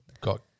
got